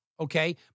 Okay